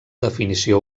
definició